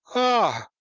ah,